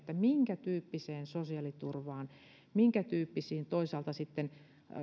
minkätyyppiseen sosiaaliturvaan ja toisaalta sitten